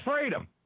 freedom